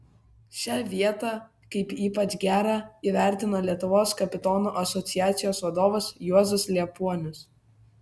šią vietą kaip ypač gerą įvertino lietuvos kapitonų asociacijos vadovas juozas liepuonius